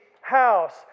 house